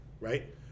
right